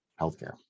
healthcare